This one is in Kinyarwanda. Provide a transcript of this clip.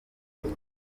ubwe